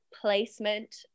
placement